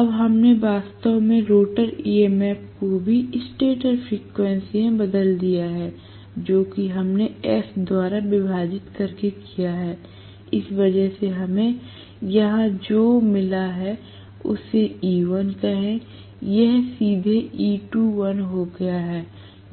अब हमने वास्तव में रोटर ईएमएफ को भी स्टेटर फ्रीक्वेंसी में बदल दिया है जो कि हमने S द्वारा विभाजित करके किया है इस वजह से हमें यहां जो मिला है उसे E1 कहें और यह सीधे E2l हो गया है